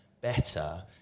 better